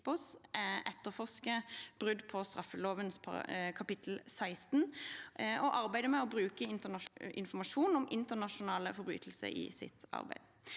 etterforsker brudd på straffeloven kapittel 16 og arbeider med å bruke informasjon om internasjonale forbrytelser i sitt arbeid.